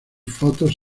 fotos